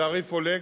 התעריף עולה,